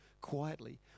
quietly